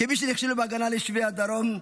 כמי שנכשלו בהגנה על יישובי הדרום,